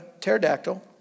pterodactyl